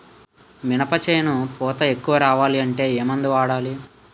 మినప చేను పూత ఎక్కువ రావాలి అంటే ఏమందు వాడాలి?